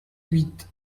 huit